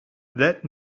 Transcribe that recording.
that